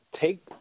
take